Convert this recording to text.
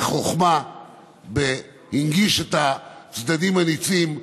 שבחוכמה הנגיש את הצדדים הניצים.